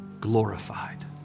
glorified